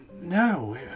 no